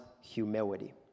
humility